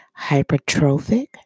Hypertrophic